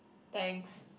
thanks